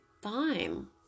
time